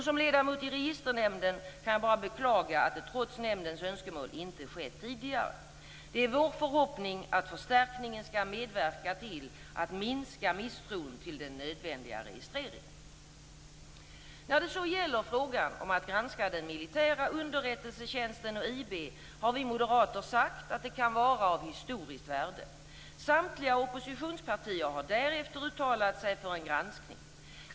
Som ledamot i Registernämnden kan jag bara beklaga att det trots nämndens önskemål inte skett tidigare. Det är vår förhoppning att förstärkningen skall medverka till att minska misstron till den nödvändiga registreringen. När det gäller frågan om att granska den militära underrättelsetjänsten och IB har vi moderater sagt att det kan vara av historiskt värde. Samtliga oppositionspartier har därefter uttalat sig för en granskning.